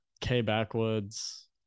K-Backwoods